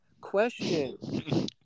question